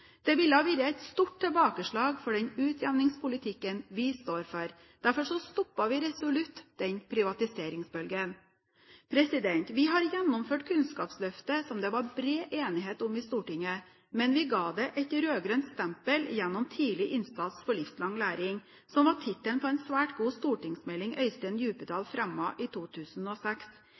Det ville ha vært et stort tilbakeslag for den utjamningspolitikken vi står for. Derfor stoppet vi resolutt den privatiseringsbølgen. Vi har gjennomført Kunnskapsløftet, som det var bred enighet om i Stortinget. Men vi ga det et rød-grønt stempel gjennom «tidlig innsats for livslang læring», som var tittelen på en svært god stortingsmelding Øystein Djupedal fremmet i 2006.